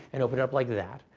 and open it up like that.